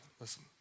Listen